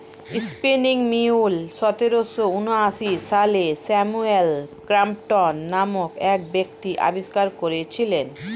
spinning mule সতেরোশো ঊনআশি সালে স্যামুয়েল ক্রম্পটন নামক এক ব্যক্তি আবিষ্কার করেছিলেন